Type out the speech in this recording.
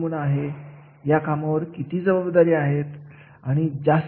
प्रशिक्षणाच्या गरजांचे मूल्यांकन काय असेल